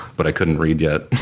but i couldn't read yet.